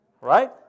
Right